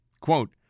Quote